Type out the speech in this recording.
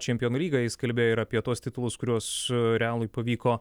čempionų lygą jis kalbėjo ir apie tuos titulus kuriuos realui pavyko